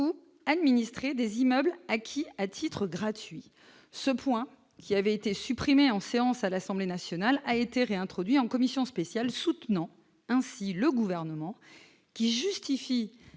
ou administré des immeubles acquis à titre gratuit ce point qui avait été supprimé en séance à l'Assemblée nationale a été réintroduit en commission spéciale soutenant ainsi le gouvernement qui justifie